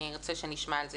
ארצה שתיכף נשמע על זה.